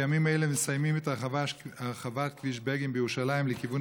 בימים אלו מסיימים את הרחבת כביש בגין בירושלים לכיוון